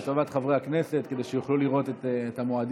לטובת חברי הכנסת, כדי שיוכלו לראות את המועדים.